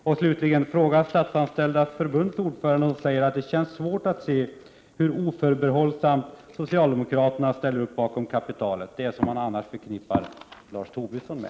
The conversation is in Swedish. Och slutligen: Fråga Statsanställdas förbunds ordförande, som säger att det känns svårt att se hur oförbehållsamt socialdemokraterna ställer upp bakom kapitalet — det som man annars förknippar Lars Tobisson med.